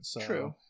True